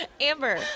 Amber